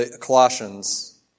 Colossians